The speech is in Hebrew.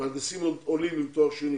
מהנדסים עולים עם תואר שני